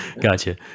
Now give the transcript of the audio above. Gotcha